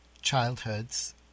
childhoods